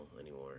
anymore